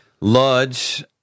Lodge